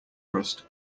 crust